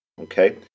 okay